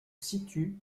situent